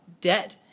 dead